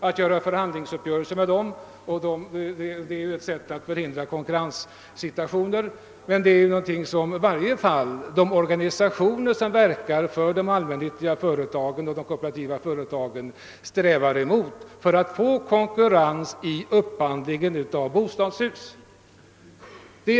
Detta är alltså ett sätt att hindra konkurrens, men det motarbetas i varje fall av de organisationer som verkar för de allmännyttiga och kooperativa företagen, och detta i syfte att få konkurrens vid upphandlingen av bostadshus.